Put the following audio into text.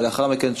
ולאחר מכן,